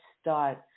start